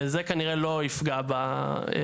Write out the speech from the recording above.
וזה כנראה לא יפגע בפילוח.